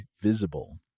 Visible